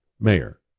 mayor